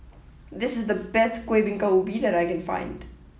this is the best Kuih Bingka Ubi that I can find